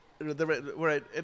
right